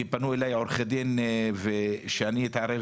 כי פנו אליי עורכי דין שאני אתערב